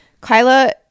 Kyla